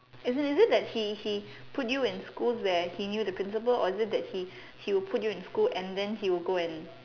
is it is it that he he put you in schools where he knew the principal or is it that he he'll put you in school and then he'll go and